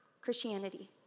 Christianity